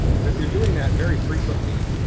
but if you're doing that very frequently,